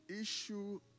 issue